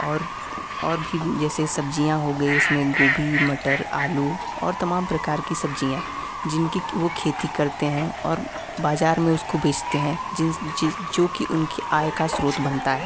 और और भी जैसे सब्ज़ियाँ हो गई उसमें गोभी मटर आलू और तमाम प्रकार की सब्ज़ियाँ जिनकी वह खेती करते हैं और बाज़ार में उसको बेचते हैं जिस जो कि उनकी आय का स्रोत बनता है